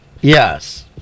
Yes